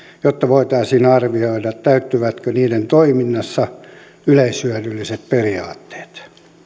jotta voitaisiin arvioida täyttyvätkö niiden toiminnassa yleishyödylliset periaatteet